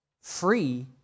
free